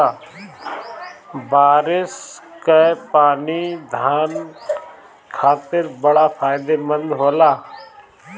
बारिस कअ पानी धान खातिर बड़ा फायदेमंद होला